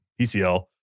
PCL